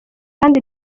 kandi